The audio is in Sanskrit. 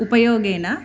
उपयोगेन